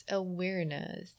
awareness